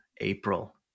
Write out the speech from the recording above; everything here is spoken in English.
April